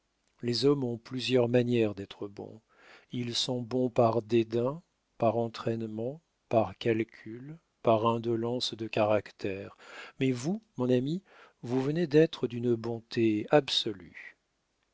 les hommes ont plusieurs manières d'être bons ils sont bons par dédain par entraînement par calcul par indolence de caractère mais vous mon ami vous venez d'être d'une bonté absolue